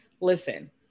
listen